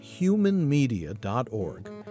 humanmedia.org